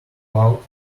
out